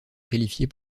qualifiées